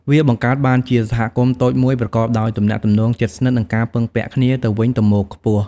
វាបង្កើតបានជាសហគមន៍តូចមួយប្រកបដោយទំនាក់ទំនងជិតស្និទ្ធ និងការពឹងពាក់គ្នាទៅវិញទៅមកខ្ពស់។